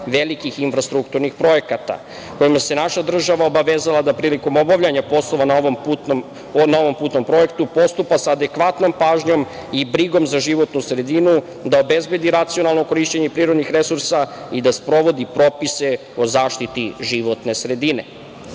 velikih infrastrukturnih projekata kojima se naša država obavezala da prilikom obavljanja poslova na ovom putnom projektu postupa sa adekvatnom pažnjom i brigom za životnu sredinu, da obezbedi racionalno korišćenje prirodnih resursa i da sprovodi propise o zaštiti životne sredine.